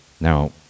Now